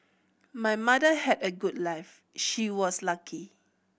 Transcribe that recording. my mother had a good life she was lucky